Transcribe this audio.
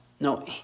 No